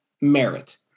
merit